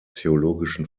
theologischen